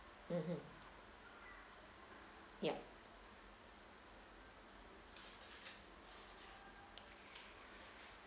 mm mm yeah